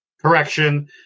correction